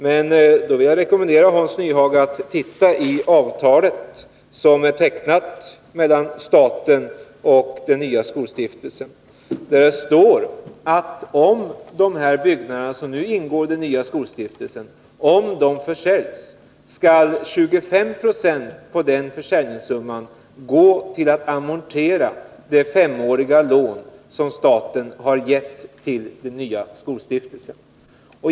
Men jag vill rekommendera Hans Nyhage att titta i det avtal som är tecknat mellan staten och den nya skolstiftelsen. Där står det att om dessa byggnader, som nu ingår i den nya skolstiftelsen, försäljs så skall 25 90 av försäljningssumman gå till att amortera det femåriga lån som staten har gett till den nya skolstiftelsen.